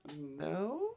No